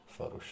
Photoshop